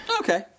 Okay